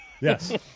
Yes